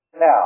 Now